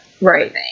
Right